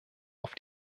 auf